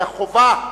אלא חובה: